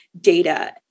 data